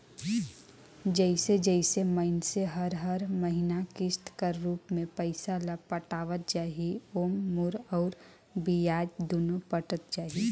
जइसे जइसे मइनसे हर हर महिना किस्त कर रूप में पइसा ल पटावत जाही ओाम मूर अउ बियाज दुनो पटत जाही